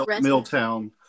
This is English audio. Milltown